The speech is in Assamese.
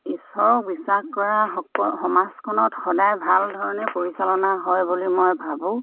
ঈশ্বৰক বিশ্বাস কৰা সকলো সমাজখনত সদায় ভাল ধৰণে পৰিচালনা হয় বুলি মই ভাবোঁ